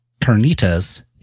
carnitas